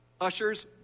Ushers